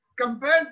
compared